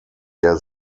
der